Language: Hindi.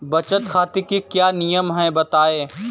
बचत खाते के क्या नियम हैं बताएँ?